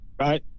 right